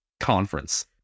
conference